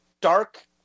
dark